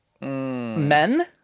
Men